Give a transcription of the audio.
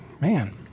Man